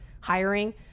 hiring